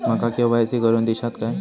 माका के.वाय.सी करून दिश्यात काय?